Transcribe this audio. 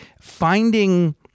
finding